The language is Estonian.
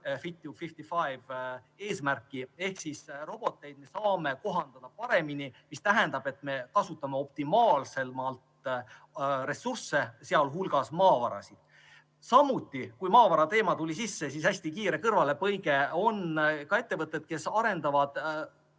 55", ehk roboteid me saame kohandada paremini. See tähendab, et me kasutame optimaalsemalt ressursse, sealhulgas maavarasid. Kuna maavarateema tuli sisse, siis teen hästi kiire kõrvalepõike: on ka ettevõtteid, kes arendavad